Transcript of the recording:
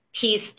piece